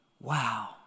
Wow